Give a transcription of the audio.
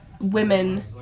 women